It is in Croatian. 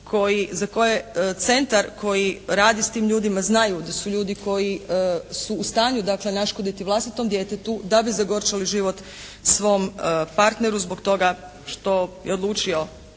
za koje centar koji radi s tim ljudima znaju da su ljudi koji su u stanju dakle naškoditi vlastitom djetetu da bi zagorčali život svom partneru, zbog toga što je odlučio